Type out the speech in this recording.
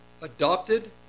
adopted